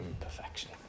perfection